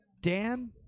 Dan